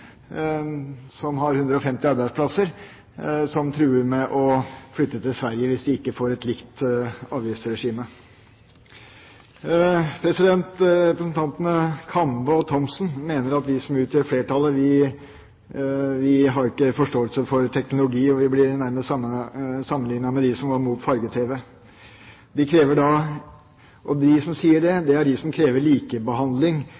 som WiMP, som har 150 arbeidsplasser, og som truer med å flytte til Sverige hvis de ikke får et likt avgiftsregime. Representantene Kambe og Thomsen mener at vi som utgjør flertallet, ikke har forståelse for teknologi, og vi blir nærmest sammenlignet med dem som var imot farge-tv. De som sier